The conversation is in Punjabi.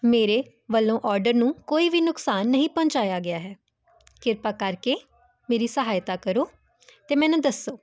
ਮੇਰੇ ਵੱਲੋਂ ਆਰਡਰ ਨੂੰ ਕੋਈ ਵੀ ਨੁਕਸਾਨ ਨਹੀਂ ਪਹੁੰਚਾਇਆ ਗਿਆ ਹੈ ਕਿਰਪਾ ਕਰਕੇ ਮੇਰੀ ਸਹਾਇਤਾ ਕਰੋ ਅਤੇ ਮੈਨੂੰ ਦੱਸੋ